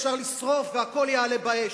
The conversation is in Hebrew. אפשר לשרוף והכול יעלה באש,